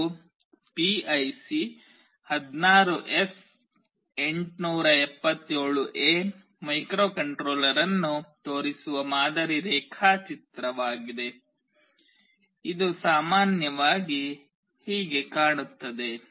ಇದು ಪಿಐಸಿ 16ಎಫ್877 A microcontroller ಅನ್ನು ತೋರಿಸುವ ಮಾದರಿ ರೇಖಾಚಿತ್ರವಾಗಿದೆ ಇದು ಸಾಮಾನ್ಯವಾಗಿ ಹೀಗೆ ಕಾಣುತ್ತದೆ